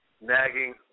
nagging